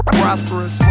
prosperous